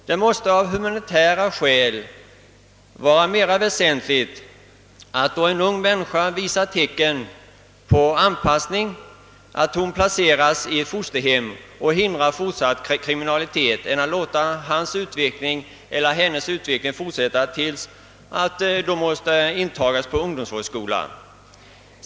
Det måste av humanitära skäl vara mera väsentligt att då en ung människa visar tecken på återanpassning placera henne i fosterhem och hindra fortsatt kriminalitet än att låta hennes utveckling fortsätta tills hon måste tas in på ungdomsvårdsskola.